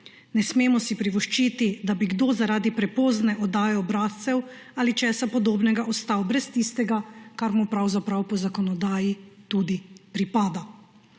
Ne smemo si privoščiti, da bi kdo zaradi prepozne oddaje obrazcev ali česa podobnega ostal brez tistega, kar mu pravzaprav po zakonodaji tudi pripada.